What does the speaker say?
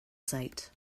sight